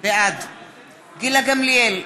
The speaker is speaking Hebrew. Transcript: בעד גילה גמליאל,